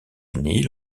unis